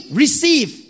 receive